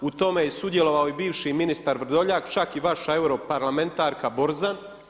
U tome je sudjelovao i bivši ministar Vrdoljak, čak i vaša europarlamentarka Borzan.